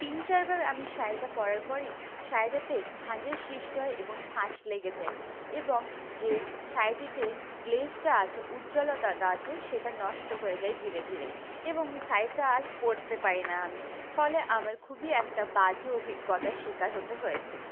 তিন চারবার আমি শাড়িটা পরার পরেই শাড়িটাতে ভাঁজের সৃষ্টি হয় এবং ফাঁস লেগে যায় এবং যে শাড়িটিতে গ্লেসটা আছে উজ্জ্বলতাটা আছে সেটা নষ্ট হয়ে যায় ধীরে ধীরে এবং শাড়িটা আর পরতে পারি না আমি ফলে আমার খুবই একটা বাজে অভিজ্ঞতার শিকার হতে হয়েছে